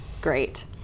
great